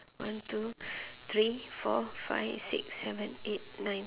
one two three four five six seven eight nine